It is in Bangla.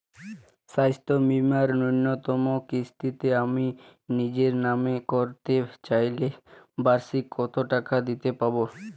স্বাস্থ্য বীমার ন্যুনতম কিস্তিতে আমি নিজের নামে করতে চাইলে বার্ষিক কত টাকা দিতে হবে?